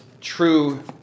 true